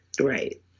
Right